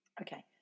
Okay